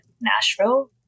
Nashville